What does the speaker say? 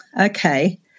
okay